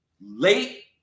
late